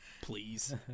Please